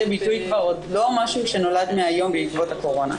ביטוי עוד הוא לא משהו שנולד מהיום בעקבות הקורונה.